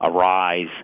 arise